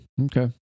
Okay